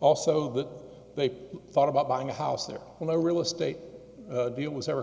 also that they thought about buying a house there were no real estate deal was ever